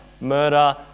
Murder